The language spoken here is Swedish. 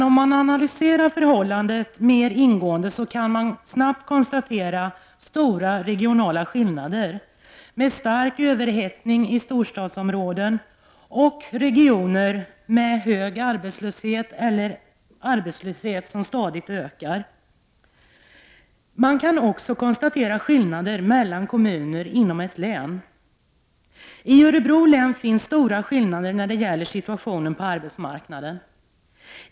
Om man analyserar förhållandet mer ingående kan man konstatera stora regionala skillnader med en stark överhettning i storstadsområdena, medan andra regioner har en hög arbetslöshet eller en arbetslöshet som stadigt ökar. Man kan också konstatera skillnader mellan olika kommuner inom ett län. I Örebro län finns det stora skillnader när det gäller situationen på arbetsmarknaden.